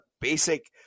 basic –